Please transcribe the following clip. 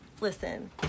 Listen